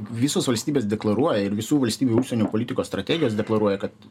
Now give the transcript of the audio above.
visos valstybės deklaruoja ir visų valstybių užsienio politikos strategijos deklaruoja kad